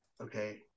okay